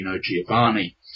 Giovanni